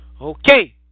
Okay